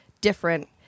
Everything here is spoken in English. different